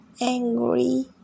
angry